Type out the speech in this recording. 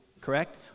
correct